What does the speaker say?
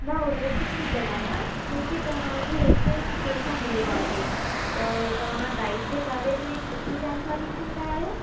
मां उर्वशी थी ॻाल्हायां मूंखे तव्हांजो रेफ्रेंस कंहिंसां मिलियो आहे अ तव्हां डाइट जे बारे में सुठी जानकारी ॾींदा आहियो